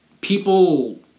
people